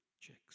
chicks